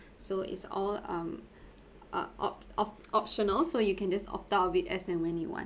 so is all um ah opt opt optional so you can just opt out of it as and when you want